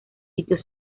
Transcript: sitios